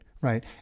right